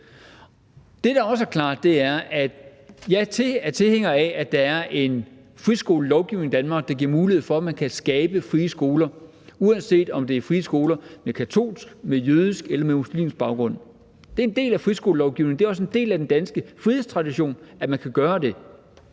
Det, der også er klart, er, at jeg er tilhænger af, at der er en friskolelovgivning i Danmark, der giver mulighed for, at man kan skabe frie skoler, uanset om det er frie skoler med katolsk, med jødisk eller med muslimsk baggrund. Det er en del af friskolelovgivningen. Det er også en del af den danske frihedstradition, at man kan gøre det.